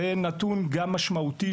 זה נתון גם משמעותי,